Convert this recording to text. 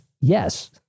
yes